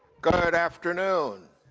good afternoon.